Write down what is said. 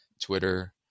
Twitter